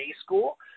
school